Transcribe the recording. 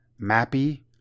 Mappy